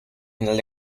final